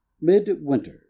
Midwinter